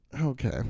Okay